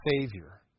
Savior